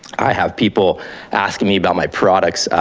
i have people asking me about my products,